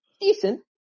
decent